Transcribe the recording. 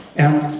and